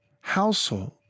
household